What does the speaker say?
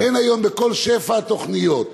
אין היום בכל שפע התוכניות,